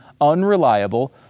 unreliable